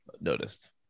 noticed